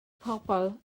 pobl